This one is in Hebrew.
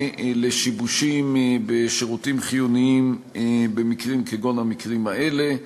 לשיבושים בשירותים חיוניים במקרים כגון המקרים האלה.